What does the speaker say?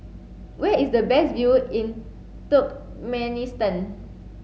where is the best view in Turkmenistan